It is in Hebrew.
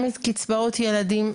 שהוא בדיוק על הדבר הזה.